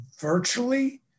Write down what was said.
virtually